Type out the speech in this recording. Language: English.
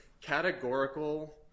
categorical